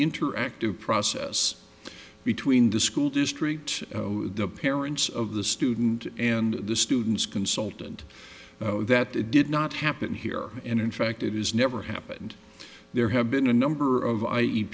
interactive process between the school district the parents of the student and the student's consultant that it did not happen here and in fact it is never happened there have been a number of i e